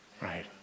right